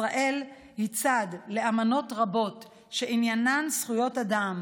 ישראל היא צד לאמנות רבות שעניינן זכויות אדם,